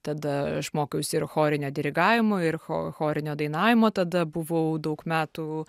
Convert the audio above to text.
tada aš mokiausi ir chorinio dirigavimo ir cho chorinio dainavimo tada buvau daug metų